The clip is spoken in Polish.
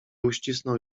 uścisnął